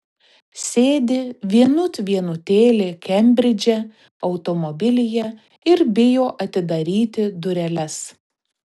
sėdi vienut vienutėlė kembridže automobilyje ir bijo atidaryti dureles